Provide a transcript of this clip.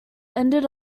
ended